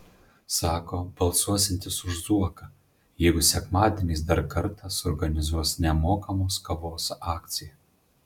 sako balsuosiantis už zuoką jeigu sekmadieniais dar kartą suorganizuos nemokamos kavos akciją